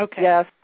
Yes